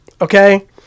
Okay